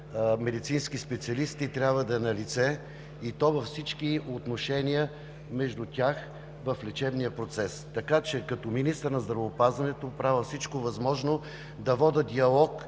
медицински специалисти трябва да е налице, и то във всички отношения между тях в лечебния процес. Като министър на здравеопазването правя всичко възможно да водя диалог